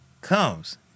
comes